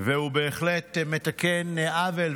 והוא בהחלט מתקן עוול,